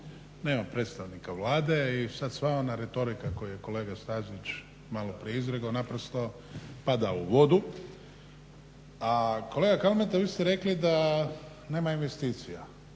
Nema predstavnika Vlade i sad sva ona retorika koju je kolega Stazić maloprije izrekao naprosto pada u vodu, a kolega Kalmeta vi ste rekli da nema investicija,